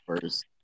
first